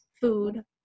food